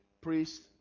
priest